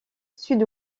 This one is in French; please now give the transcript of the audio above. sud